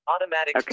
automatic